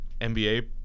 NBA